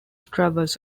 travels